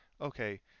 okay